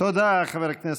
איציק,